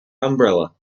umbrella